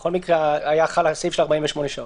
בכל מקרה היה חל הסעיף של 48 שעות.